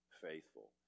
faithful